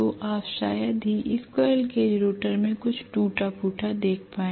तो आप शायद ही स्क्वीररेल केज रोटर में कुछ टूटा फूटा देख पाए